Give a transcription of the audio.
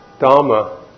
dharma